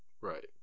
right